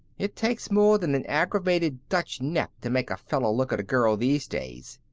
it takes more than an aggravated dutch neck to make a fellow look at a girl these days.